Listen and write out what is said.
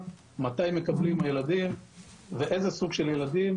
- מתי מקבלים הילדים ואיזה סוג של ילדים.